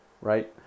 right